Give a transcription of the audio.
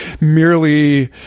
merely